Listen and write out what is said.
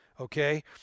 okay